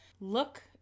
look